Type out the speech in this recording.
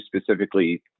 specifically